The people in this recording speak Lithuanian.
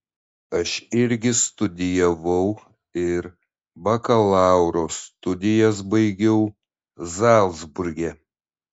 aš irgi studijavau ir bakalauro studijas baigiau zalcburge